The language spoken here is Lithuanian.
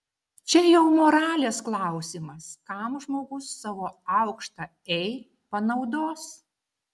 čia jau moralės klausimas kam žmogus savo aukštą ei panaudos